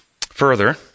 Further